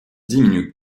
diminue